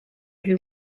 who